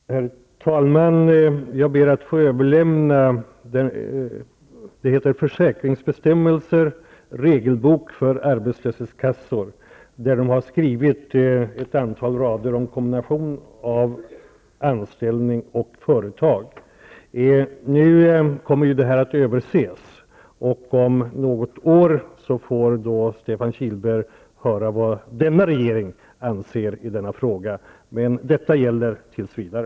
Herr talman! Jag ber att få överlämna ''Försäkringsbestämmelser'', regelbok för arbetslöshetskassor, där det finns ett antal rader om kombination av anställning och företag. Nu kommer ju det här att överses, och om något år får Stefan Kihlberg höra vad denna regering anser i denna fråga, men det här gäller tills vidare.